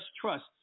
trust